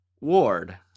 Ward